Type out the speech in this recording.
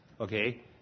okay